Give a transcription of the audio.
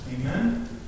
Amen